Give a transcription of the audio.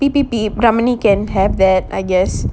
beep beep beep dominique can have that I guess